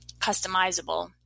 customizable